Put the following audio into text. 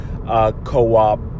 co-op